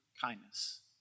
kindness